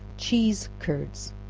cheese curds.